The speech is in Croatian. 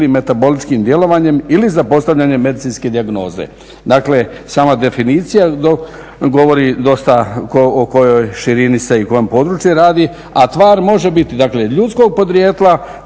ili metaboličkim djelovanjem ili sa postavljanjem medicinske dijagnoze. Dakle sama definicija govori dosta o kojoj širini i o kojem se području radi. A tvar može biti dakle ljudskog podrijetla,